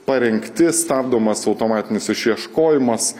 parengti stabdomas automatinis išieškojimas